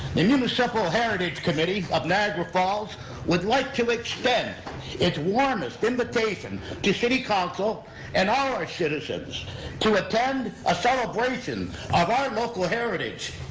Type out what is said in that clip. the municipal heritage committee of niagara falls would like to extend its warmest invitation to city council and all our citizens to attend a celebration of our local heritage,